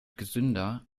gesünder